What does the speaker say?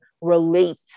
relate